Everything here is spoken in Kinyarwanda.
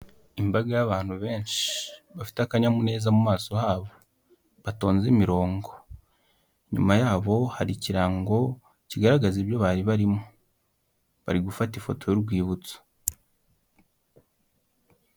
Imbaga y'abantu benshi bafite akanyamuneza mu maso habo batonze imirongo, inyuma yabo hari ikirango kigaragaza ibyo bari barimo, bari gufata ifoto y'urwibutso.